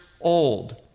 old